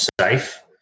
safe